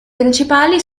principali